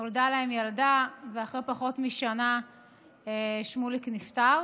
נולדה להם ילדה, ואחרי פחות משנה שמוליק נפטר.